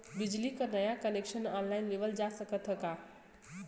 बिजली क नया कनेक्शन ऑनलाइन लेवल जा सकत ह का?